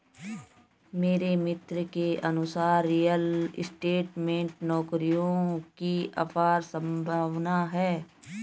मेरे मित्र के अनुसार रियल स्टेट में नौकरियों की अपार संभावना है